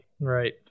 Right